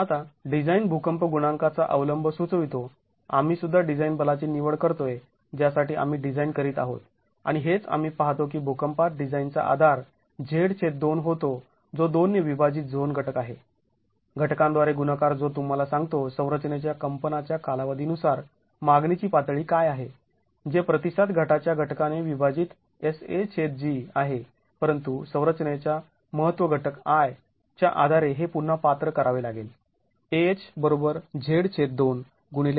आता डिझाईन भूकंप गुणांकाचा अवलंब सुचवितो आम्ही सुद्धा डिझाईन बलाची निवड करतोय ज्यासाठी आम्ही डिझाईन करीत आहोत आणि हेच आम्ही पाहतो की भूकंपात डिझाईन चा आधार Z2 होतो जो २ ने विभाजित झोन घटक आहे घटकांद्वारे गुणाकार जो तुम्हाला सांगतो संरचनेच्या कंपनाच्या कालावधी नुसार मागणीची पातळी काय आहे जे प्रतिसाद घटाच्या घटकाने विभाजित Sag आहे परंतु संरचनेच्या महत्त्व घटक च्या आधारे हे पुन्हा पात्र करावे लागेल